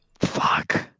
Fuck